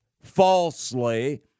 falsely